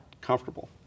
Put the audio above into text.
comfortable